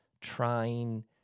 trying